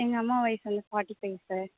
எங்கள் அம்மா வயது வந்து ஃபார்ட்டி ஃபைவ் சார்